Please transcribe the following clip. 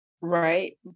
right